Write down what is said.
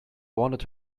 wanted